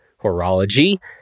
horology